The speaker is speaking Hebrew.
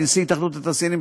לנשיא התאחדות התעשיינים,